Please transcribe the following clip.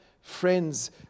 friends